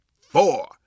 four